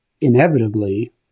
inevitably